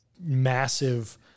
massive